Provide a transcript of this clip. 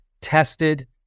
tested